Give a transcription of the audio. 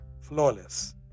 flawless